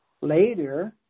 later